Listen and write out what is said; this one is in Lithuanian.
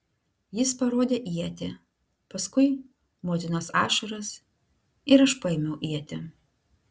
jis parodė ietį paskui motinos ašaras ir aš paėmiau ietį